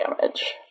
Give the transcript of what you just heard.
damage